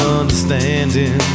understanding